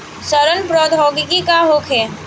सड़न प्रधौगकी का होखे?